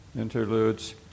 interludes